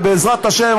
ובעזרת השם,